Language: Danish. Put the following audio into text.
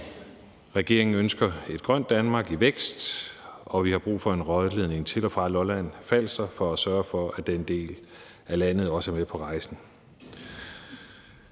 Regeringen ønsker et grønt Danmark i vækst, og vi har brug for en rørledning til og fra Lolland-Falster for at sørge for, at den del af landet også er med på rejsen.